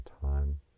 time